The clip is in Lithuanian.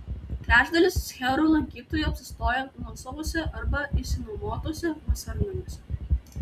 trečdalis šcherų lankytojų apsistoja nuosavuose arba išsinuomotuose vasarnamiuose